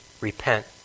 repent